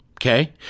okay